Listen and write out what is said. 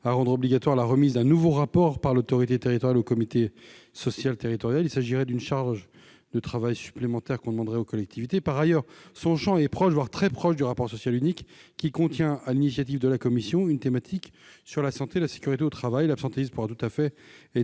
à rendre obligatoire la remise d'un nouveau rapport par l'autorité territoriale au comité social territorial. Il s'agirait d'une charge de travail supplémentaire pour les collectivités. Par ailleurs, le champ de ce rapport serait proche, voire très proche, du rapport social unique, lequel contient, sur l'initiative de la commission, une thématique sur la santé et la sécurité au travail. L'absentéisme pourra tout à fait être